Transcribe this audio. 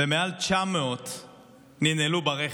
ומעל 900 ננעלו ברכב.